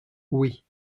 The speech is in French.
oui